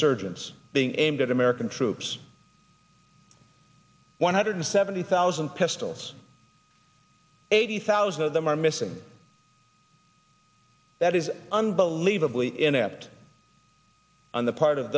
insurgents being aimed at american troops one hundred seventy thousand pistols eighty thousand of them are missing that is unbelievably inept on the part of